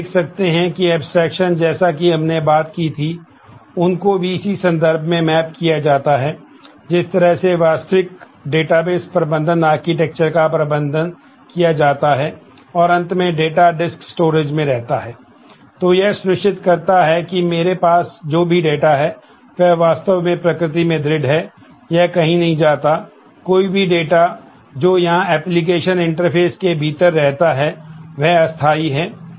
तो आप देख सकते हैं कि एब्स्ट्रेक्शन इंटरफेस के भीतर रहता है वह अस्थाई है